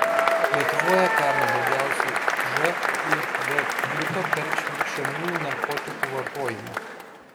lietuvoje pernai daugiausiai živ plito per švirkščiamųjų narkotikų vartojimą